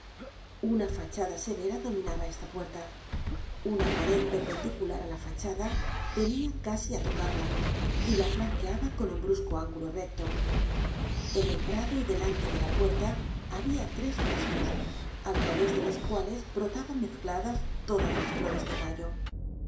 una fachada severa dominaba esta puerta una pared perpendicular á la fachada venia casi á tocarla y la flanqueaba con un brusco ángulo recto en el prado y delante de la puerta habia tres rastros al través de los cuales brotaban mezcladas todas las flores de mayo